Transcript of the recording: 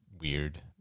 weird